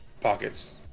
pockets